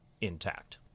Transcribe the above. intact